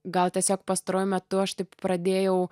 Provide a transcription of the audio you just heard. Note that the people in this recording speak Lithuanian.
gal tiesiog pastaruoju metu aš taip pradėjau